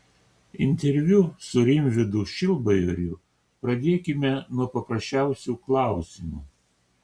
interviu su rimvydu šilbajoriu pradėkime nuo paprasčiausių klausimų